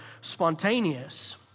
spontaneous